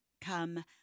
come